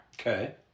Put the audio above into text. Okay